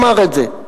אמר את זה.